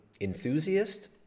enthusiast